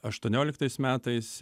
aštuonioliktais metais